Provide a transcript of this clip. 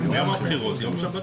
יום הבחירות הוא יום שבתון.